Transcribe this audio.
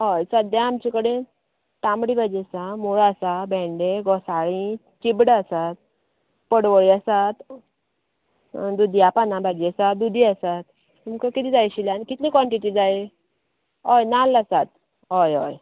होय सध्या आमचे कडेन तांबडी भाजी आसा मुळो आसा भेंडें घोसाळीं चिबडां आसा पडवळीं आसात दुदया पानां भाजी आसा दुदी आसा तुमका कितें जाय आशिल्लें आनी कितले काॅन्टिटी जाय होय नाल्ल आसात होय होय